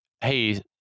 Hey